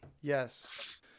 Yes